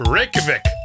Reykjavik